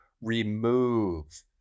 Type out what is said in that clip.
remove